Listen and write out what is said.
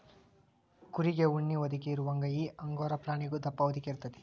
ಕುರಿಗೆ ಉಣ್ಣಿ ಹೊದಿಕೆ ಇರುವಂಗ ಈ ಅಂಗೋರಾ ಪ್ರಾಣಿಗು ದಪ್ಪ ಹೊದಿಕೆ ಇರತತಿ